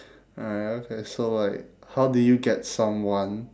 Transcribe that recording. alright okay so like how do you get someone